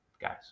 Guys